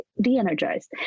de-energized